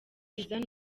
izana